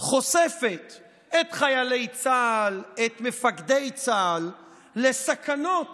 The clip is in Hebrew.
חושפת את חיילי צה"ל, את מפקדי צה"ל, לסכנות